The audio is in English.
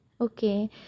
Okay